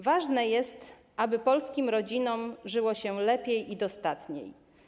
Ważne jest, aby polskim rodzinom żyło się lepiej i dostatniej.